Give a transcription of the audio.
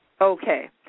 Okay